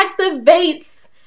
activates